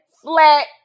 flat